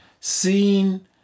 Seeing